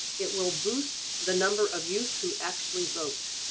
it will boost the number of youth who actually vote.